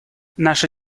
наша